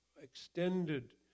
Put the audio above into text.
extended